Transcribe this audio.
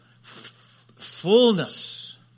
fullness